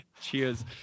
Cheers